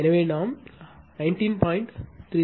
எனவே நாம் 19